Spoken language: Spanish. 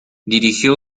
dirigió